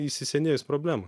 įsisenėjus problema